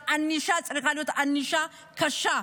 גם הענישה צריכה להיות ענישה קשה.